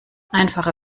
einfache